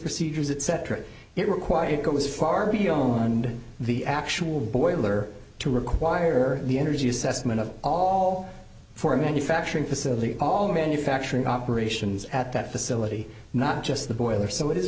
procedures etc it required it goes far beyond the actual boiler to require the energy assessment of all for a manufacturing facility all the manufacturing operations at that facility not just the boiler so it